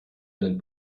einen